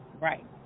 right